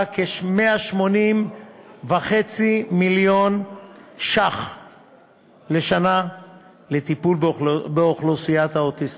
כ-180.5 מיליון ש"ח לשנה לטיפול באוכלוסיית האוטיסטים.